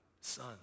son